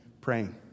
praying